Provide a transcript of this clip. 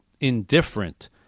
indifferent